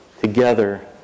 Together